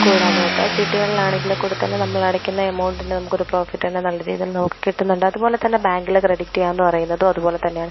കൂടാൻ നോക്കുക ചിട്ടികളിലാണെങ്കില് കൂടെ തന്നെ നമ്മളടയ്ക്കുന്ന എമൗണ്ടിന് നമുക്കൊരു പ്രോഫിറ്റൊക്കെ നല്ല രീതിയിൽ നമുക്ക് കിട്ടുന്നുണ്ട് അതുപോലെ തന്നെ ബാങ്കില് ക്രെഡിറ്റെയാന്നു പറയുന്നതും അതുപോലെ തന്നെയാണ്